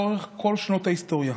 לאורך כל שנות ההיסטוריה.